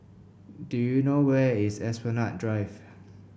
do you know where is Esplanade Drive